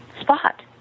spot